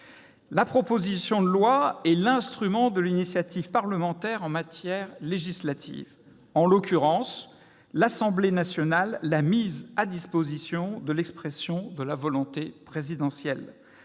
La proposition de loi est l'instrument de l'initiative parlementaire en matière législative. En l'occurrence, l'Assemblée nationale l'a mise à disposition de l'expression de la volonté présidentielle.